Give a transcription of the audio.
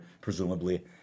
presumably